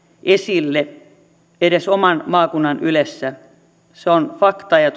esille edes oman maakunnan ylessä se on fakta ja